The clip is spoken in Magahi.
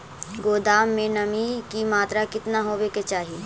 गोदाम मे नमी की मात्रा कितना होबे के चाही?